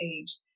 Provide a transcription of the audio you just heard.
age